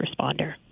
responder